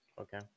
Okay